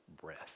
breath